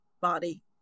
body